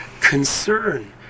concern